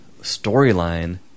storyline